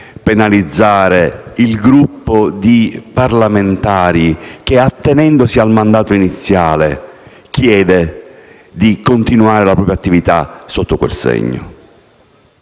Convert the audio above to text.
penalizzare il gruppo di parlamentari che, attenendosi al mandato iniziale, chiede di continuare la propria attività sotto quel segno?